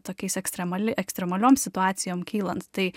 tokiais ekstremali ekstremaliom situacijom kylant tai